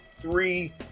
three